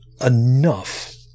enough